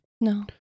No